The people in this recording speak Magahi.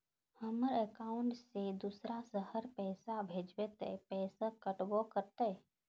हमर अकाउंट से दूसरा शहर पैसा भेजबे ते पैसा कटबो करते?